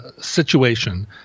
Situation